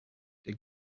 der